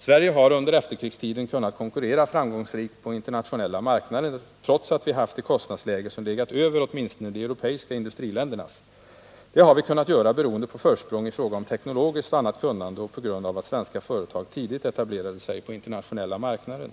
Sverige har under efterkrigstiden kunnat konkurrera framgångsrikt på internationella marknader, trots att vi haft ett kostnadsläge som legat över åtminstone de europeiska industriländernas. Det har vi kunnat göra beroende på försprång i fråga om teknologiskt och annat kunnande och på grund av att svenska företag tidigt etablerade sig på internationella marknader.